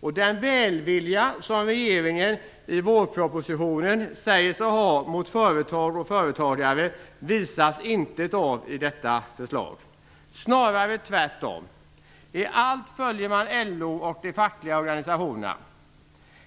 Den välvilja som regeringen i vårpropositionen säger sig ha gentemot företag och företagare visas intet av i detta förslag. Det är snarare tvärtom. I allt följer man LO och de fackliga organisationerna.